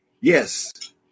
yes